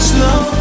Slow